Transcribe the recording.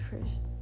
first